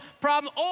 problem